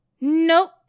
nope